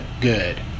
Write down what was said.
good